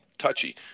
touchy